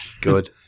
Good